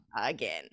again